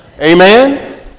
Amen